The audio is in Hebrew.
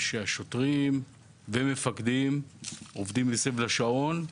השוטרים והמפקדים עובדים מסביב לשעון,